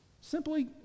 Simply